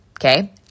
Okay